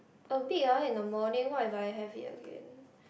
a bit ah in the morning what if I have it again